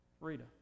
Rita